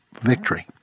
victory